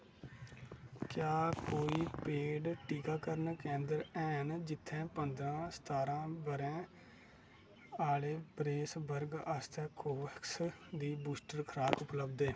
क्या कोई पेड टीकाकरण केंदर हैन जित्थै पन्द्रां स्तारां ब'रें आह्ले बरेस वर्ग आस्तै कोवोवैक्स दी बूस्टर खराक उपलब्ध ऐ